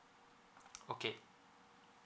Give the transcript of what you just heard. okay